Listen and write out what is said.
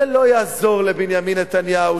ולא יעזור לבנימין נתניהו,